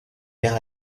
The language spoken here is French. perd